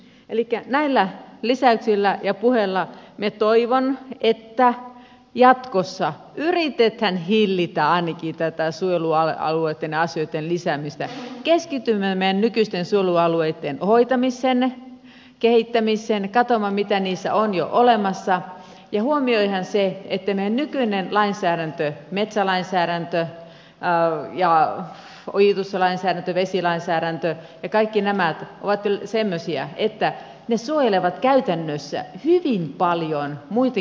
elikkä näillä lisäyksillä ja puheilla minä toivon että jatkossa yritetään hillitä ainakin tätä suojelualueitten asioitten lisäämistä keskitymme meidän nykyisten suojelualueitten hoitamiseen kehittämiseen katsomme mitä niissä on jo olemassa ja huomioidaan se että meidän nykyinen lainsäädäntö metsälainsäädäntö ja ojituslainsäädäntö vesilainsäädäntö ja kaikki nämä on semmoista että se suojelee käytännössä hyvin paljon muitakin alueita